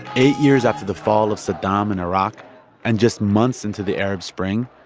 eight years after the fall of saddam in iraq and just months into the arab spring,